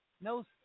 No